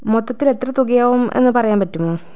മൊത്തത്തിലെത്ര തുകയാകും എന്ന് പറയാൻ പറ്റുമോ